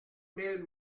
mille